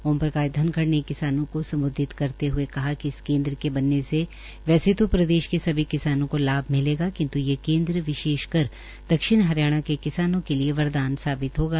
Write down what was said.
ओम प्रकाश धनखड़ ने किसानों को सम्बोधित करते हए कहा कि इस केन्द्र के बनने से प्रदेश के सभी किसानों को लाभ मिलेगा किन्त् यह केन्द्र विशेषकर दक्षिण हरियाणा के किसानों के लिए वरदान साबित होगा